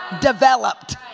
developed